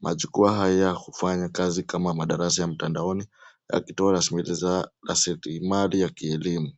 Majukwaa haya hufanya kazi kama madarasa ya mtandaoni yakitoa maelezo na seti mali ya kielimu.